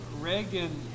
Reagan